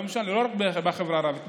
לא רק בחברה הערבית,